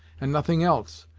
and nothing else.